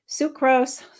sucrose